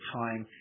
time